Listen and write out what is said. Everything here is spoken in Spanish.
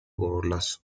bolas